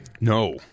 No